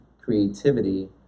creativity